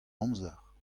amzer